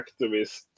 activist